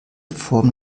formen